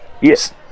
yes